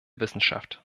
wissenschaft